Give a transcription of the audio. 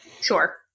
Sure